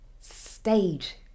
stage